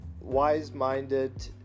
wise-minded